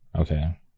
Okay